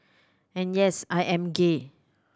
and yes I am gay